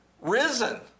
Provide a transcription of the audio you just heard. risen